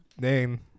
name